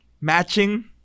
Matching